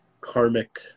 karmic